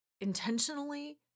Intentionally